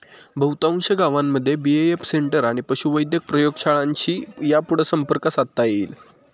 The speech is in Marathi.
बहुतांश गावांमध्ये बी.ए.एफ सेंटर आणि पशुवैद्यक प्रयोगशाळांशी यापुढं संपर्क साधता येईल